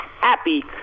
happy